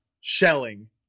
shelling